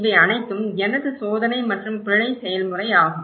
இவை அனைத்தும் எனது சோதனை மற்றும் பிழை செயல்முறை ஆகும்